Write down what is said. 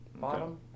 bottom